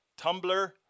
Tumblr